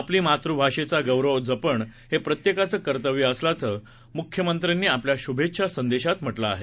आपली मातृभाषेचा गौरव जपण हे प्रत्येकाचं कर्तव्य असल्याचं मुख्यमंत्र्यांनी आपल्या शुभेच्छा संदेशात म्हटलं आहे